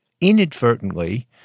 inadvertently